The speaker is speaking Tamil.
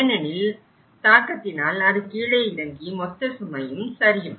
ஏனெனில் தாக்கத்தினால் அது கீழே இறங்கி மொத்த சுமையும் சரியும்